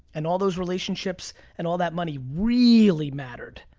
and all those relationships and all that money really mattered.